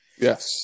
Yes